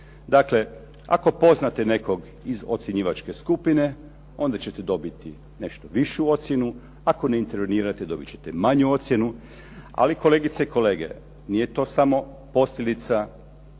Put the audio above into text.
Dakle, ako poznate nekog iz ocjenjivačke skupine, onda ćete dobiti nešto višu ocjenu, ako ne intervenirate dobiti ćete manju ocjenu, ali kolegice i kolege, nije to samo posljedica